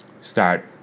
Start